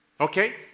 Okay